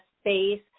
space